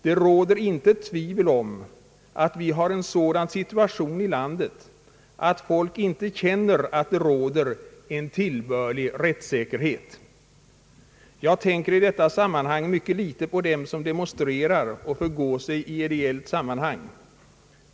Det råder intet tvivel om att vi har en sådan situation i landet att folk inte känner att det råder en tillbörlig rättssäkerhet. Jag tänker i detta sammanhang mycket litet på dem som demonstrerar och förgår sig i ideellt sammanhang.